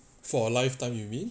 for a lifetime you mean